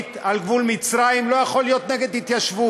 ושלומית על גבול מצרים לא יכול להיות נגד התיישבות.